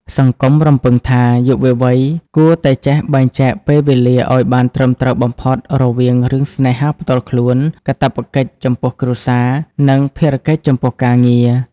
សង្គមរំពឹងថា យុវវ័យគួរតែចេះបែងចែកពេលវេលាឱ្យបានត្រឹមត្រូវបំផុត រវាងរឿងស្នេហាផ្ទាល់ខ្លួន កាតព្វកិច្ចចំពោះគ្រួសារ និងភារកិច្ចចំពោះការងារ។